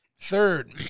Third